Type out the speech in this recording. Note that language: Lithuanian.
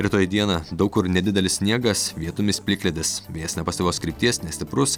rytoj dieną daug kur nedidelis sniegas vietomis plikledis vėjas nepastovios krypties nestiprus